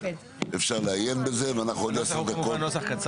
אפשר לעיין בזה ואנחנו עוד 10 דקות